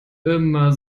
immer